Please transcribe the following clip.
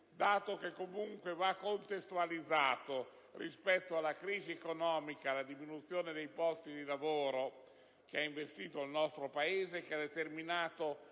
dato che comunque va contestualizzato rispetto alla crisi economica, alla diminuzione dei posti di lavoro che ha investito il nostro Paese, che ha determinato